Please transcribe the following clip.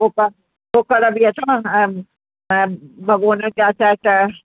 cooker cooker बि अथव ऐं ऐं भगौना छा साइज अथव